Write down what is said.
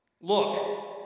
Look